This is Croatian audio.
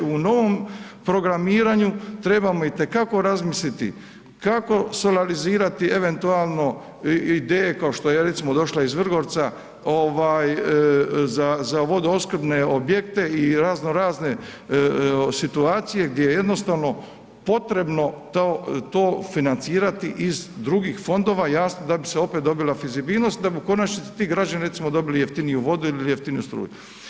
U novom programiranju trebamo i te kako razmisliti kako solarizirati eventualno ideje kao što je recimo došla iz Vrgorca ovaj za vodoopskrbne objekte i razno razne situacije gdje je jednostavno potrebno to financirati iz drugih fondova, jasno da bi se opet dobila fizibilnost da bi u konačnici ti građani recimo dobili jeftiniju vodu ili jeftiniju struju.